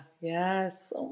Yes